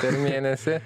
kas mėnesį